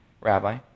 rabbi